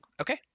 Okay